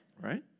right